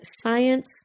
Science